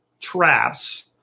traps